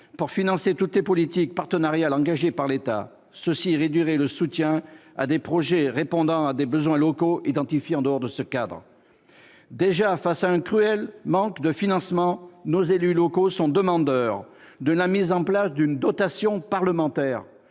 pour financer toutes les politiques partenariales engagées par l'État ! Cela réduirait le soutien à des projets répondant à des besoins locaux identifiés en dehors de ce cadre. Déjà, face à un manque cruel de financement, nos élus locaux demandent la mise en place d'une dotation parlementaire